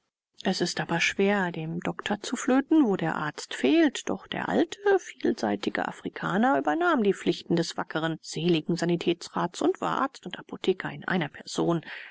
es ist aber schwer dem doktor zu flöten wo der arzt fehlt doch der alte vielseitige afrikaner übernahm die pflichten des wackren seligen sanitätsrats und war arzt und apotheker in einer person